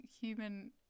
human